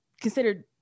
considered